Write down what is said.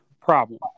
problem